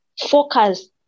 focus